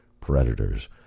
predators